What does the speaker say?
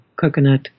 coconut